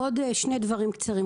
עוד שני דברים קצרים.